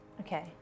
Okay